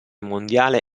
mondiale